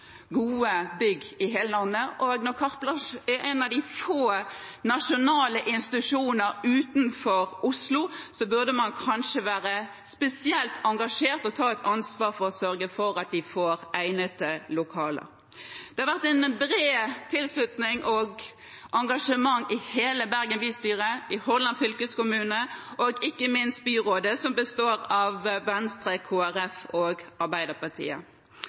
gode bygg i hele landet, og når Carte Blanche er en av de få nasjonale institusjoner utenfor Oslo, burde man kanskje være spesielt engasjert og ta et ansvar for å sørge for at de får egnede lokaler. Det har vært en bred tilslutning fra og et engasjement i hele Bergen bystyre, i Hordaland fylkeskommune og ikke minst i byrådet, som består av Venstre, Kristelig Folkeparti og Arbeiderpartiet.